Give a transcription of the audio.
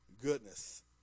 goodness